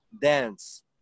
dance